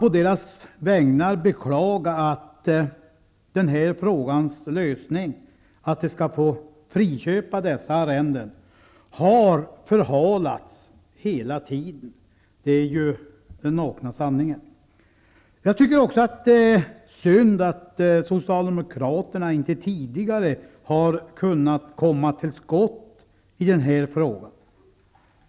Å deras vägnar kan man beklaga att den här frågan, att få friköpa arrendena, hela tiden har förhalats. Det är ju den nakna sanningen. Jag tycker också att det är synd att socialdemokraterna inte tidigare har kommit till skott i denna fråga.